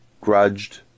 grudged